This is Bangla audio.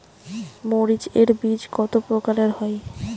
মরিচ এর বীজ কতো প্রকারের হয়?